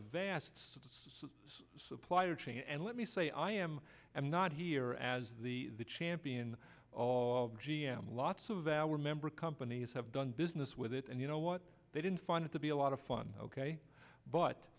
vast supplier and let me say i am i'm not here as the champion of g m lots of our member companies have done business with it and you know what they didn't find it to be a lot of fun ok but